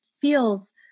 feels